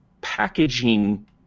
packaging